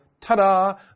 Ta-da